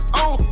on